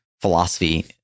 philosophy